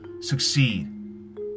succeed